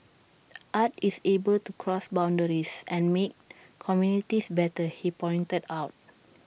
art is able to cross boundaries and make communities better he pointed out